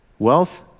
Wealth